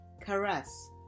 caress